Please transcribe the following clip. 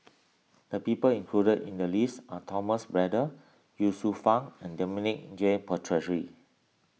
the people included in the list are Thomas Braddell Ye Shufang and Dominic J Puthucheary